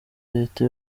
leta